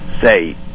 say